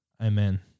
amen